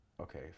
Okay